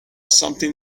something